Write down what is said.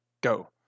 go